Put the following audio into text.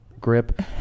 grip